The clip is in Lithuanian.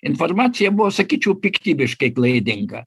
informacija buvo sakyčiau piktybiškai klaidinga